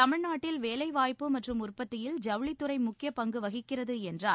தமிழ்நாட்டில் வேலை வாய்ப்பு மற்றும் உற்பத்தியில் ஜவுளித்துறை முக்கிய பங்கு வகிக்கிறது என்றார்